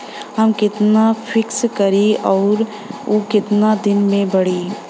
हम कितना फिक्स करी और ऊ कितना दिन में बड़ी?